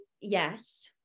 yes